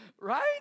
Right